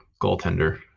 goaltender